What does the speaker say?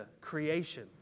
creation